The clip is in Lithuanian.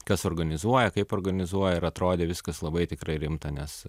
kas organizuoja kaip organizuoja ir atrodė viskas labai tikrai rimta nes